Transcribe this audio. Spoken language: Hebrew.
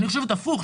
אני חושבת הפוך,